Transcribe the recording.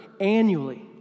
annually